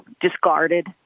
discarded